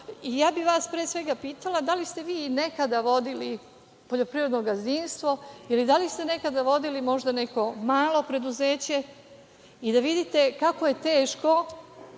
ja bih vas, pre svega, pitala da li ste vi nekada vodili poljoprivredno gazdinstvo ili da li ste nekada vodili možda neko malo preduzeće i da vidite kako je teško